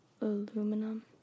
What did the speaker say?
Aluminum